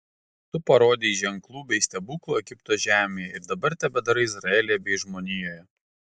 tu parodei ženklų bei stebuklų egipto žemėje ir dabar tebedarai izraelyje bei žmonijoje